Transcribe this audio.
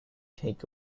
take